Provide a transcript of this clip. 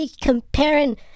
comparing